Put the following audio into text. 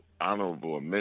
honorable